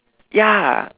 ya